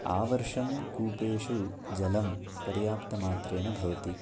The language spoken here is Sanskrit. आवर्षं कूपेषु जलं पर्याप्तमात्रेण भवति